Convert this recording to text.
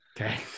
Okay